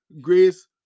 grace